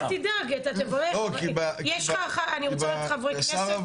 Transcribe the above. אל תדאג, אתה תברך, יש לך, אני רוצה רק חברי כנסת.